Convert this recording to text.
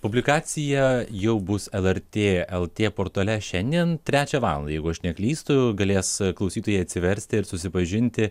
publikacija jau bus lrt lt portale šiandien trečią valandą jeigu aš neklystu galės klausytojai atsiversti ir susipažinti